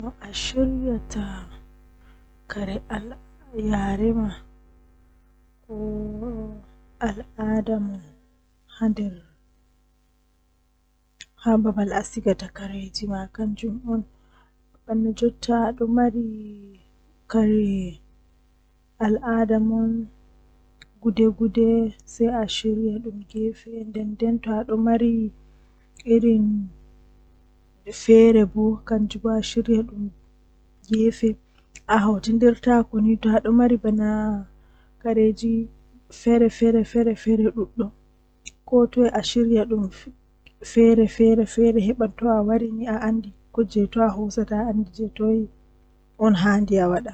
Ko laawol njamaande, Ɗuum njikataaɗo faamini e njogorde ɓuri. Ko ɓe njogirɗi toɓɓe njammaaji e njarɗi, Ko no njogoree kaɓe ngoodi, Toɓɓe ɗi njamaande e naatugol njogordi njijjigiri ngoodi ɓuri njogoreeteeɗi.